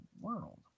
world